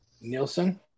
Nielsen